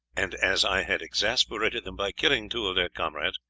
and as i had exasperated them by killing two of their comrades,